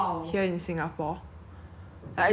like don't you don't you feel meh 好像每次我